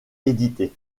édités